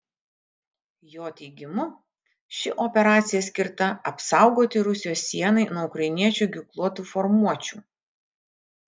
jo teigimu ši operacija skirta apsaugoti rusijos sienai nuo ukrainiečių ginkluotų formuočių